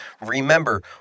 Remember